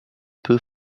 peu